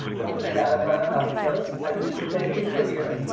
notice, the data sign on top of each other. i did the same thing for here.